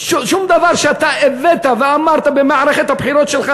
דבר שאתה הבאת ואמרת במערכת הבחירות שלך,